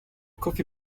coffee